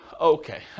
Okay